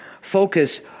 focus